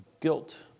guilt